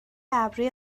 ابروی